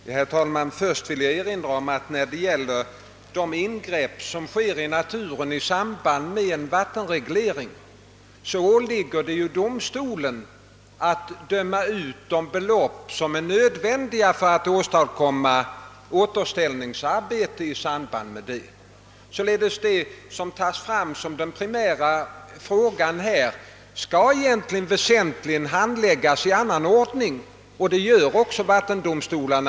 Herr talman! Först vill jag erinra om att när det gäller de ingrepp som sker i naturen i samband med en vattenreglering, så åligger det domstolen att döma ut de belopp som erfordras för att genomföra återställningsarbeten. Den fråga, som här reses såsom den primära, skall alltså väsentligen handläggas i annan ordning, och så sker även vid vattendomstolarna.